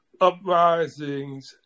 uprisings